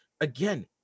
again